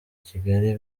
kigali